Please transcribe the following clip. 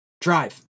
drive